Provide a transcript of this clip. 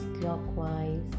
clockwise